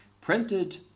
printed